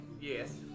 yes